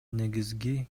негизги